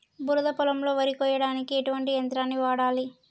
బురద పొలంలో వరి కొయ్యడానికి ఎటువంటి యంత్రాన్ని వాడాలి?